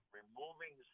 removing